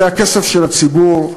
זה הכסף של הציבור.